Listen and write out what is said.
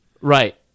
Right